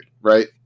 right